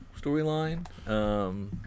storyline